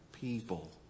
people